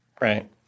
Right